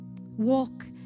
Walk